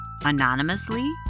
anonymously